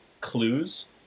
clues